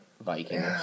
Vikings